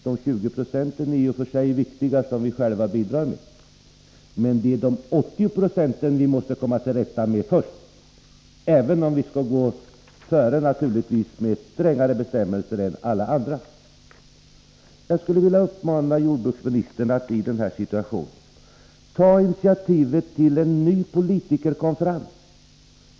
De 20 90 som vi själva bidrar med är i och för sig viktiga, men det är dessa 80 90 vi måste komma till rätta med först — även om vi naturligtvis skall gå före med strängare bestämmelser än alla andra. Jag skulle vilja uppmana jordbruksministern att i denna situation ta initiativet till en ny politikerkonferens.